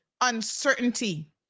uncertainty